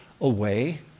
away